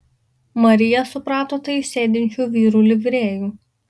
marija suprato tai iš sėdinčių vyrų livrėjų